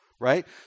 right